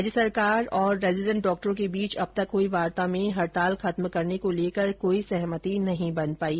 राज्य सरकार और रेजीडेंट डॉक्टरों के बीच अब तक हुई वार्ता में हड़ताल खत्म करने को लेकर कोई सहमति नहीं बन पायी